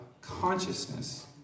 consciousness